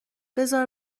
بزار